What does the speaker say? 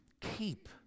keep